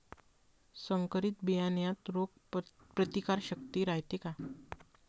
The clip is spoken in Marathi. संकरित बियान्यात रोग प्रतिकारशक्ती रायते का?